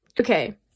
Okay